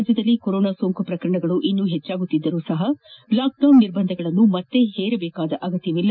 ರಾಜ್ಯದಲ್ಲಿ ಕೊರೊನಾ ಸೋಂಕು ಪ್ರಕರಣಗಳು ಇನ್ನು ಹೆಚ್ಚಾಗುತ್ತಿದ್ದರೂ ಸಹ ಲಾಕ್ಡೌನ್ ನಿರ್ಬಂಧಗಳನ್ನು ಮತ್ತೆ ಹೇರಬೇಕಾದ ಅಗತ್ವವಿಲ್ಲ